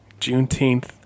juneteenth